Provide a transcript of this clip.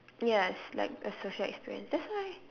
yes like a social experience that's why